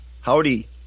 Howdy